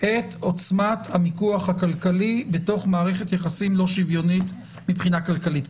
את עוצמת המיקוח הכלכלי בתוך מערכת יחסים לא שוויונית מבחינה כלכלית.